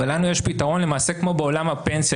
לנו יש פתרון למעשה כמו בעולם הפנסיה,